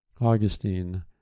Augustine